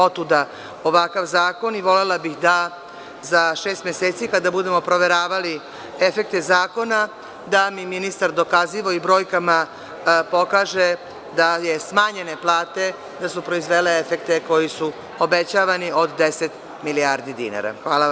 Otuda ovakav zakon i volela bih da za šest meseci, kada budemo proveravali efekte zakona, da mi ministar dokazivo i brojkama dokaže da su smanjene plate proizvele efekte koji su obećavani od 10 milijardi dinara.